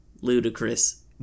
ludicrous